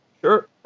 sure